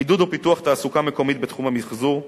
עידוד ופיתוח תעסוקה מקומית בתחום המיחזור,